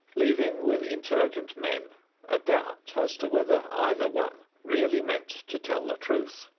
leaving with intelligent men a doubt as to whether either one really meant to tell the truth.